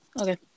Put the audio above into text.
Okay